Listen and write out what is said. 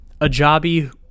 Ajabi